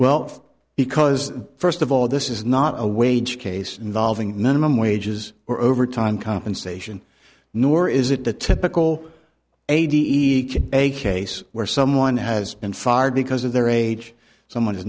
well because first of all this is not a wage case involving minimum wages or overtime compensation nor is it the typical a d h a case where someone has been fired because of their age someone